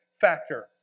factor